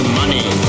money